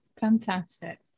Fantastic